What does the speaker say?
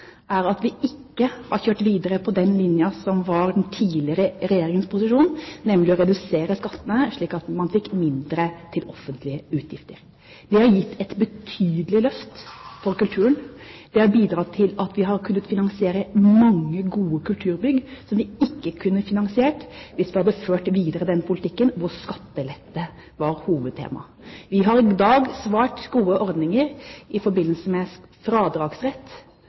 er at vi ikke har kjørt videre på den linjen som var den tidligere regjeringens posisjon, nemlig å redusere skattene slik at man fikk mindre til offentlige utgifter. Det har gitt et betydelig løft for kulturen, og det har bidratt til at vi har kunnet finansiere mange, gode kulturbygg som vi ikke hadde kunnet finansiere hvis vi hadde videreført den politikken hvor skattelette var hovedtema. Vi har i dag svært gode ordninger i forbindelse med fradragsrett